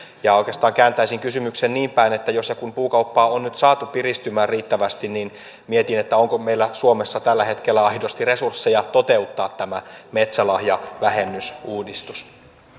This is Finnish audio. oikeastaan kääntäisin kysymyksen niinpäin että jos ja kun puukauppaa on nyt saatu piristymään riittävästi niin mietin onko meillä suomessa tällä hetkellä aidosti resursseja toteuttaa tämä metsälahjavähennysuudistus